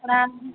అక్కడా